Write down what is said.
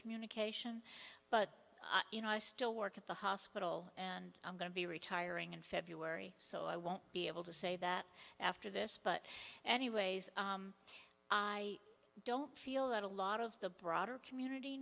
communication but you know i still work at the hospital and i'm going to be retiring in february so i won't be able to say that after this but anyways i don't feel that a lot of the broader community